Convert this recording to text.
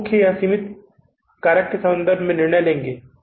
हम मुख्य या सीमित कारक के संबंध में निर्णय लेंगे